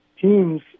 teams